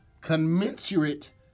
commensurate